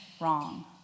wrong